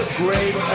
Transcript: great